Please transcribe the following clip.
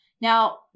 Now